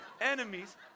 enemies